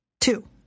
Two